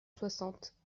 soixante